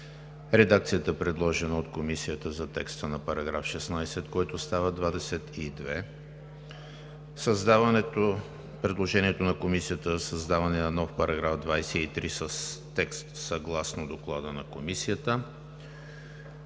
редакцията, предложена от Комисията за текста на § 16, който става § 22; предложението на Комисията за създаване на нов § 23 с текст съгласно Доклада на Комисията